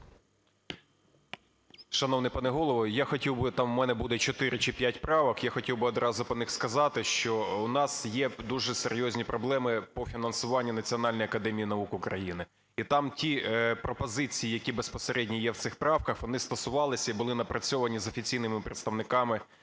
Шановний пане Голово, я хотів би, там в мене буде 4 чи 5 правок, я хотів би одразу по них сказати, що у нас є дуже серйозні проблеми по фінансуванню Національної академії наук України. І там ті пропозиції, які безпосередньо є в цих правках, вони стосувалися і були напрацьовані з офіційними представниками